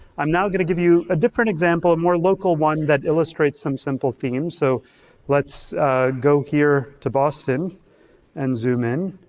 i'm now gonna give you a different example, a more local one, that illustrates some simple theme. so let's go here to boston and zoom in.